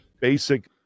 basic